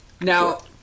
Now